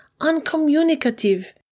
uncommunicative